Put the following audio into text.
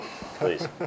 Please